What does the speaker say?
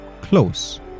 close